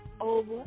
over